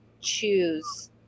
choose